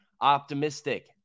optimistic